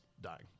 dying